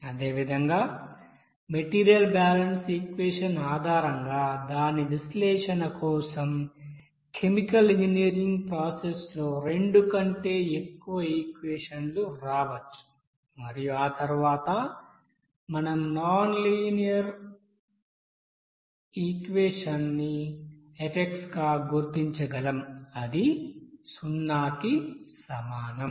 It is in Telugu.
అదేవిధంగా మెటీరియల్ బ్యాలెన్స్ ఈక్వెషన్ ఆధారంగా దాని విశ్లేషణ కోసం కెమికల్ ఇంజనీరింగ్ ప్రాసెస్ లో రెండు కంటే ఎక్కువ ఈక్వెషన్లు రావచ్చు మరియు ఆ తర్వాత మనం లీనియర్ నాన్ లీనియర్ ఈక్వెషన్ ని f గా గుర్తించగలం అది 0 కి సమానం